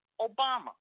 Obama